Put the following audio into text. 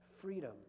freedom